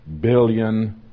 billion